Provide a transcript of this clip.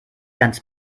ganz